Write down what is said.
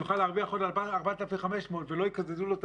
שקל יוכל להרוויח עוד 4,500 שקל ולא יקזזו לו את